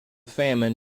famine